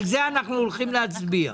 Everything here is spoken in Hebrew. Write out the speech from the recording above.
על זה אנחנו הולכים להצביע.